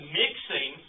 mixing